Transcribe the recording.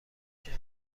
شود